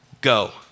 go